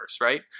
right